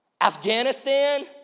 Afghanistan